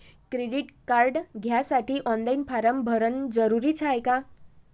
Credit card घ्यासाठी online form भरन जरुरीच हाय का?